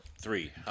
Three